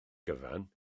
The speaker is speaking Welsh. gyfan